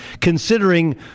considering